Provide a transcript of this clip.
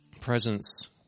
presence